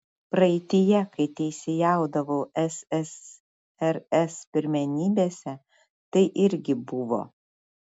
praeityje kai teisėjaudavau ssrs pirmenybėse tai irgi buvo